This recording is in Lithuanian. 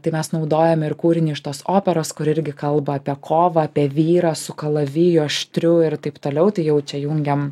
tai mes naudojome ir kūrinį iš tos operos kuri irgi kalba apie kovą apie vyrą su kalaviju aštriu ir taip toliau tai jau čia jungiam